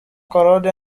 claude